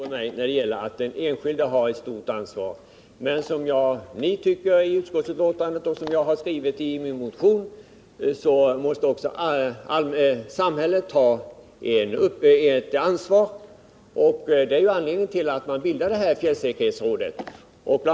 Herr talman! Det finns inga delade meningar mellan Karl-Eric Norrby och mig när det gäller uppfattningen att den enskilde har ett stort ansvar. Men även samhället måste, som jag har skrivit i min motion och som utskottet har framhållit i betänkandet, ta ett ansvar. Det är också anledningen till bildandet av fjällsäkerhetsrådet.